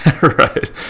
Right